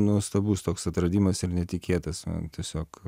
nuostabus toks atradimas ir netikėtas na tiesiog